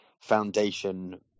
foundation